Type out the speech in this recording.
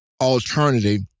alternative